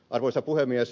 arvoisa puhemies